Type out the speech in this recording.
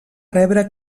rebre